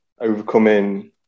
overcoming